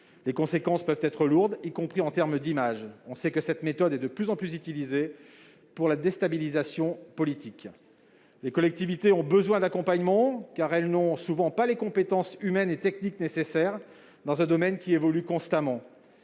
Les conséquences peuvent être lourdes, y compris sur le plan de l'image. Nous savons que cette méthode est de plus en plus utilisée à des fins de déstabilisation politique. Les collectivités ont besoin d'accompagnement, car elles n'ont souvent pas les compétences humaines et techniques nécessaires, dans un domaine qui évolue constamment.